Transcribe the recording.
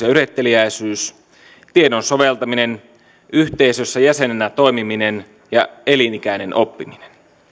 yritteliäisyys tiedon soveltaminen yhteisössä jäsenenä toimiminen ja elinikäinen oppiminen